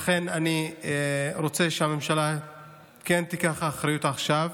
לכן, אני רוצה שהממשלה תיקח אחריות עכשיו.